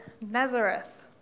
Nazareth